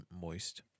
moist